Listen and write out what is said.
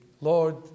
Lord